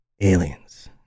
Aliens